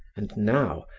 and now,